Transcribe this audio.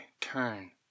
turn